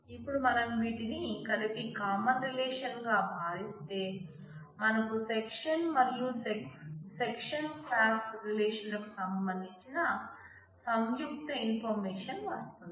ఇప్పుడు మనం వీటిని కలిపి కామన్ రిలేషన్ గా మారిస్తే మనకు సెక్షన్ మరియు సెక్షన్ క్లాస్ రిలేషన్ లకు సంబందించిన సంయుక్త ఇన్ఫర్మేషన్ వస్తుంది